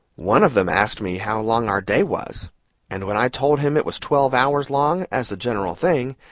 one of them asked me how long our day was and when i told him it was twelve hours long, as a general thing,